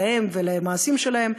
להם ולמעשים שלהם,